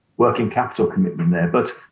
working capital commitment there but